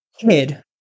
kid